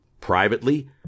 Privately